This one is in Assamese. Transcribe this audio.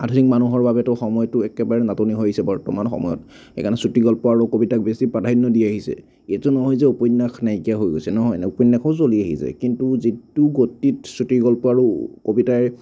আধুনিক মানুহৰ বাবেতো সময়টো একেবাৰে নাটনি হৈছে বৰ্তমান সময়ত সেইকাৰণে চুটি গল্প আৰু কবিতাক বেছি প্ৰাধান্য দি আহিছে এইটো নহয় যে উপন্যাস নাইকিয়া হৈ গৈছে নহয় উপন্যাসো চলি আহিছে কিন্তু যিটো গতিত চুটি গল্প আৰু কবিতাই